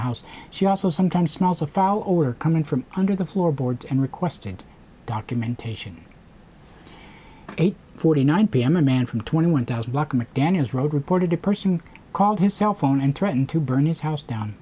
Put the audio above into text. house she also sometimes smells of foul odor coming from under the floorboards and requested documentation eight forty nine pm a man from twenty one thousand block mcdaniels road reported a person called his cell phone and threatened to burn his house down